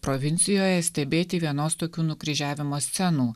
provincijoje stebėti vienos tokių nukryžiavimo scenų